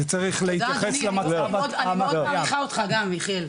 זה צריך להתייחס למצב ה --- אני מאוד מעריכה אותך גם חיליק.